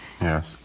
Yes